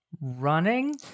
Running